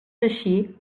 així